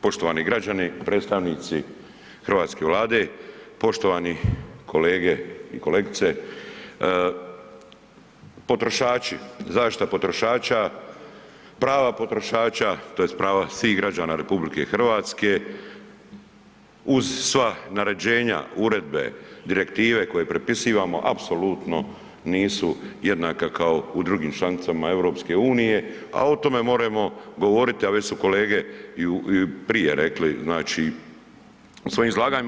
Poštovani građani, predstavnici Hrvatske vlade, poštovani kolege i kolegice, potrošači, zaštita potrošača, prava potrošača tj. prava svih građana RH uz sva naređenja, uredbe, direktive koje prepisivamo apsolutno nisu jednaka kao u drugim članicama EU, a o tome moremo govoriti, a već su i kolege i prije rekli znači u svojim izlaganjima.